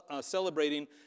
celebrating